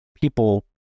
people